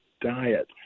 diet